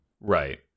Right